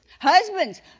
Husbands